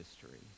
history